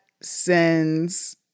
sends